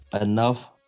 enough